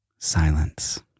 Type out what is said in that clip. Silence